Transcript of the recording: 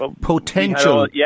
potential